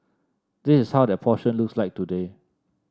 this is how that portion looks like today